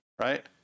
right